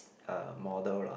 uh model lah